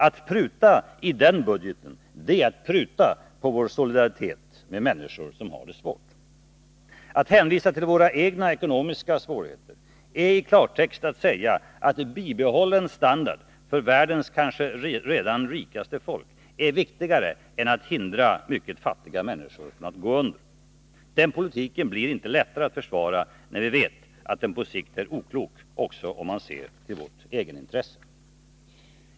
Att pruta i den budgeten är att pruta på vår solidaritet med människor som har det svårt. Att hänvisa till våra egna ekonomiska svårigheter är i klartext att säga att bibehållen standard för världens rikaste folk är viktigare än att hindra mycket fattiga människor att gå under. Den politiken blir inte lättare att försvara när vi vet att den på sikt är oklok också om man ser till vårt egenintresse.